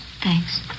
Thanks